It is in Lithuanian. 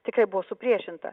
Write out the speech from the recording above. tikrai buvo supriešinta